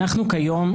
אנו כיום,